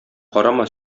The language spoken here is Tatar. карама